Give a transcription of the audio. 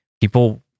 people